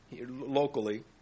locally